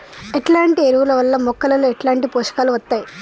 ఎట్లాంటి ఎరువుల వల్ల మొక్కలలో ఎట్లాంటి పోషకాలు వత్తయ్?